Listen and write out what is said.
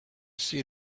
see